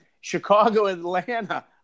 Chicago-Atlanta